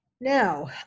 Now